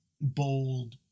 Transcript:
bold